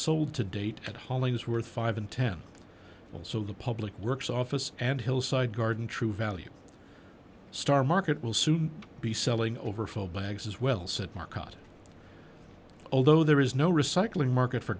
sold to date at hollingsworth five and ten also the public works office and hillside garden true value star market will soon be selling over full bags as well said market although there is no recycling market for